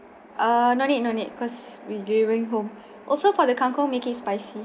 ah no need no need cause will be delivering home also for the kangkong make it spicy